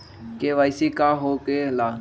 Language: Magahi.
के.वाई.सी का हो के ला?